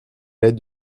lait